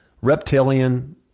reptilian